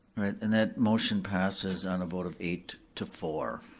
alright, and that motion passes on a vote of eight to four.